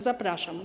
Zapraszam.